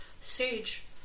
Sage